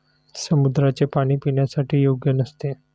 समुद्राचे पाणी पिण्यासाठी योग्य नसते